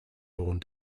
borne